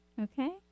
okay